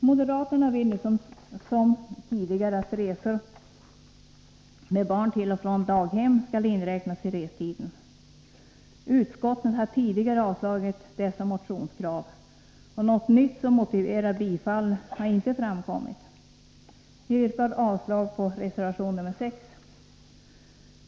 Moderaterna vill nu som tidigare att resor med barn till och från daghem skall inräknas i restiden. Utskottet har tidigare avstyrkt detta motionskrav, och något nytt som motiverar bifall har inte framkommit. Jag yrkar avslag på reservation nr 6.